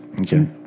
Okay